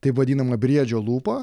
taip vadinama briedžio lūpa